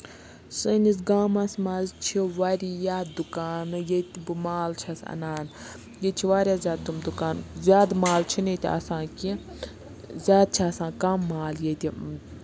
سٲنِس گامَس منٛز چھِ واریاہ دُکان ییٚتہِ بہٕ مال چھَس اَنان ییٚتہِ چھِ واریاہ زیادٕ تِم دُکان زیادٕ مال چھِنہٕ ییٚتہِ آسان کیٚنہہ زیادٕ چھِ آسان کَم مال ییٚتہِ